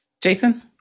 Jason